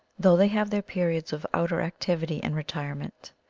though they have their periods of outer activity and retirement.